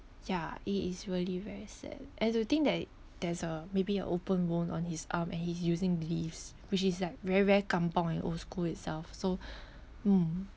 ya it is really very sad and to think that there's uh maybe a open wound on his arm and he's using leaves which is like very very kampong and old school itself so mm